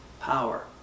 power